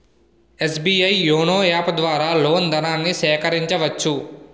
SBI YONO app ద్వారా లోన్ ధనాన్ని సేకరించవచ్చు